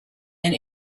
and